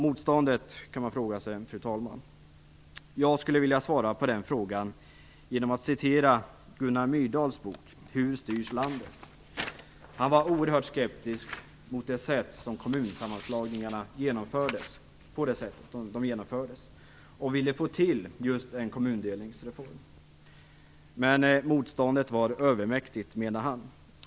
Man kan fråga sig var motståndet finns. Jag skulle vilja svara på den frågan genom att återge vad Gunnar Myrdal skrivit i sin bok Hur styrs landet? Han var oerhört skeptisk mot det sätt på vilket kommunsammanslagningarna genomfördes. Han ville få till en kommundelningsreform. Men motståndet var övermäktigt, menade han.